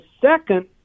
second